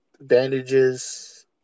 bandages